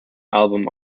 album